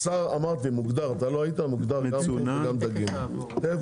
בשר, אמרתי מוגדר, אתה לא היית, מוגדר גם דגים.